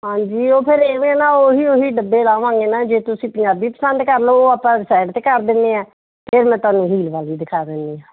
ਹਾਂਜੀ ਉਹ ਫਿਰ ਇਵੇਂ ਨਾ ਉਹ ਹੀ ਉਹ ਹੀ ਡੱਬੇ ਲਾਹਵਾਂਗੇ ਨਾ ਜੇ ਤੁਸੀਂ ਪੰਜਾਬੀ ਪਸੰਦ ਕਰ ਲਓ ਉਹ ਆਪਾਂ ਸਾਈਡ 'ਤੇ ਕਰ ਦਿੰਦੇ ਹਾਂ ਫਿਰ ਮੈਂ ਤੁਹਾਨੂੰ ਹੀਲ ਵਾਲੀ ਦਿਖਾ ਦਿੰਦੀ ਹਾਂ